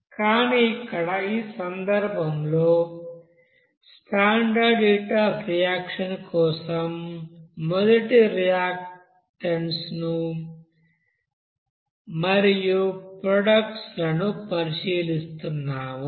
కానీ ఇక్కడ ఈ సందర్భంలో స్టాండర్డ్ హీట్ అఫ్ రియాక్షన్ కోసం మొదటి రియాక్టన్స్ మరియు ప్రొడక్ట్స్ లను పరిశీలిస్తున్నాము